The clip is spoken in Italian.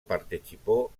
partecipò